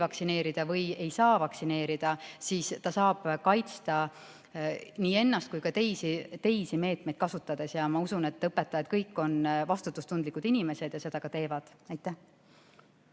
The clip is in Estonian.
ei soovi või ei saa vaktsineerida, siis ta saab kaitsta nii ennast kui ka teisi muid meetmeid kasutades. Ma usun, et õpetajad on kõik vastutustundlikud inimesed ja seda ka teevad. Riina